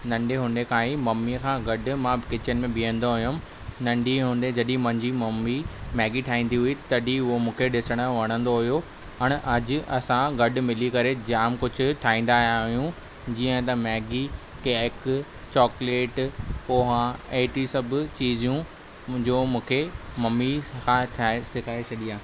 नंढे हूंदे खां ई मम्मीअ खां गॾु मां किचन में बीहंदो हुयम नंढी हूंदे जॾी मुंजी मम्मी मैगी ठाहींदी हुई तॾहिं उहा मूंखे ॾिसणु वणंदो हुओ हाणे अॼु असां गॾु मिली करे जाम कुझु ठाहींदा आहियूं जीअं त मैगी केक चॉकलेट पोहा हेॾी सभु चीज़ियूं मुंहिंजो मूंखे मम्मी हा ठाहिणु सिखाई छॾी आहे